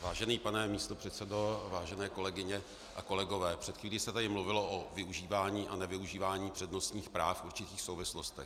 Vážený pane místopředsedo, vážené kolegyně a kolegové, před chvílí se tady mluvilo o využívání a nevyužívání přednostních práv v určitých souvislostech.